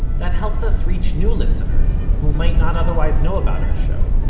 that helps us reach new listeners, who might not otherwise know about our show.